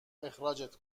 اخراجت